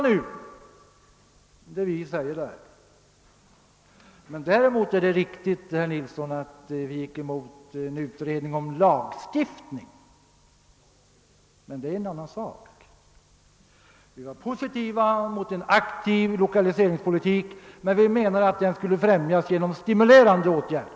Däremot är det riktigt, herr Nilsson, att vi gick emot en utredning om lagstiftning på detta område, men det är en annan sak. Vi var positivt inställda till en aktiv lokaliseringspolitik, men vi menade att den skulle främjas genom stimulerande åtgärder.